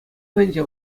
патӗнче